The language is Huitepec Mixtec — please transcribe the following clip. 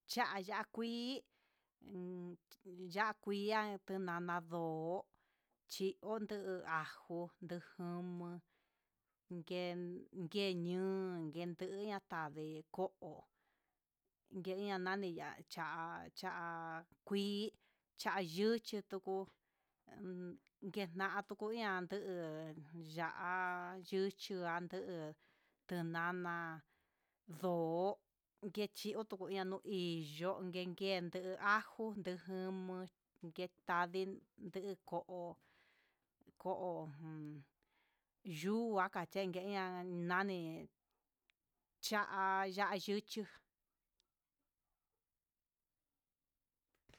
Cha'a ya'a kuii ya'a kui ian, en tinana ndo'ó chiondu ajo nduu komen ngueñun nguen tuña kadee ko'o, innguia nani ña'a cha'a, cha'a kuii cha'a yuchi tukuu en nan tuku ihá tuu, ya'á yuchi ndanduu dnunana ndo'ó nguetu kutu chinana hí yo'o konkengue ajo tu enman ketadii teko'o koo jun yuuakachengue ña'an, nani cha'a ya'á yuchu.